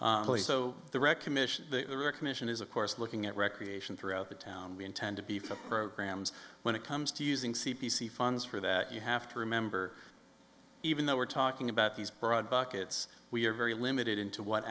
commission the commission is of course looking at recreation throughout the town we intend to beef up programs when it comes to using c p c funds for that you have to remember even though we're talking about these broad buckets we're very limited into what